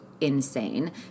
insane